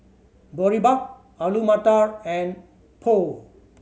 Boribap Alu Matar and Pho